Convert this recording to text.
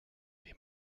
wie